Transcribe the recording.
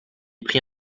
prit